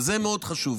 וזה מאוד חשוב,